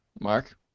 Mark